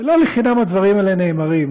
לא לחינם הדברים האלה נאמרים,